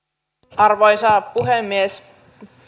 arvoisa puhemies